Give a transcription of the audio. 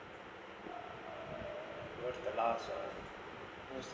what's that last ah